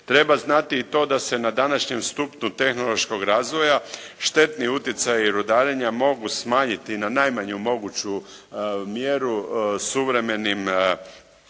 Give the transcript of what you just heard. Treba znati i to da se na današnjem stupnju tehnološkog razvoja štetni utjecaji rudarenja mogu smanjiti na najmanju moguću mjeru suvremenim